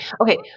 okay